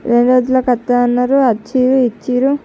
రెండు రోజులకు వస్తుందన్నారు వచ్చిర్రు ఇచ్చిర్రు